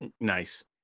Nice